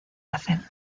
hacen